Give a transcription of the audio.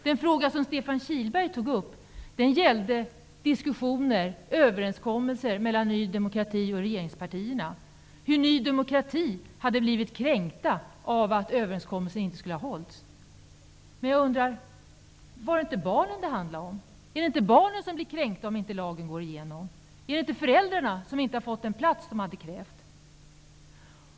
Den fråga som Stefan Kihlberg tog upp gällde diskussioner och överenskommelser mellan Ny demokrati och regeringspartierna och att Ny demokrati hade blivit kränkta till följd av att överenskommelsen inte skulle ha hållits. Är det inte barnen det handlar om? Är det inte barnen som blir kränkta om inte lagen går igenom? Är det inte föräldrarna som drabbas av att inte få den plats de har krävt?